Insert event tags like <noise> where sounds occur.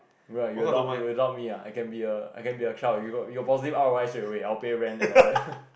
right you adopt you adopt me ah I can be a I can be a child you got you got positive R_O_I straightaway I will pay rent and all that <laughs>